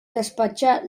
despatxar